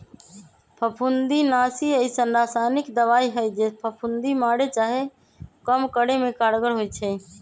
फफुन्दीनाशी अइसन्न रसायानिक दबाइ हइ जे फफुन्दी मारे चाहे कम करे में कारगर होइ छइ